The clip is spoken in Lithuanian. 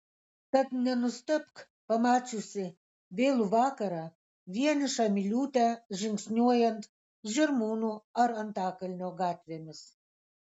tad nenustebk pamačiusi vėlų vakarą vienišą miliūtę žingsniuojant žirmūnų ar antakalnio gatvėmis